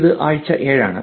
ഇത് ആഴ്ച 7 ആണ്